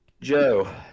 Joe